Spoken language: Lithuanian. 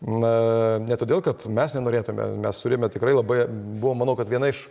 na ne todėl kad mes nenorėtume mes turime tikrai labai buvo manau kad viena iš